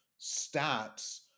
stats